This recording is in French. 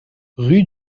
rue